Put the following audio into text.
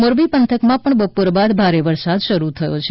મોરબી પંથક માં પણ બપોર બાદ ભારે વરસાદ શરૂ થયો છે